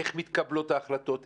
איך מתקבלות החלטות,